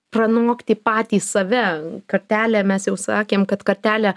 pranokti patį save kartelę mes jau sakėm kad kartelę